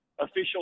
official